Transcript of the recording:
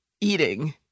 eating